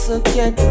again